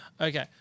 Okay